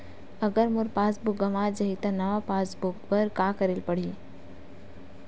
अगर मोर passbook गवां जाहि त नवा पास बुक बर का करे ल पड़हि?